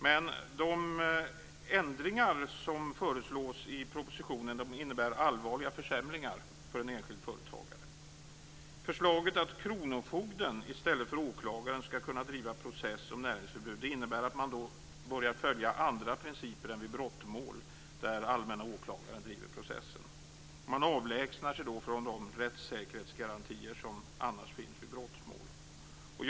Men de ändringar som föreslås i propositionen innebär allvarliga försämringar för en enskild företagare. Förslaget att kronofogden i stället för åklagaren skall kunna driva process om näringsförbud innebär att man börjar följa andra principer än vid brottmål, där den allmänna åklagaren driver processen. Man avlägsnar sig då från de rättssäkerhetsgarantier som annars finns vid brottmål.